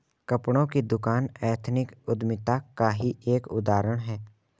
कपड़ों की दुकान एथनिक उद्यमिता का ही एक उदाहरण है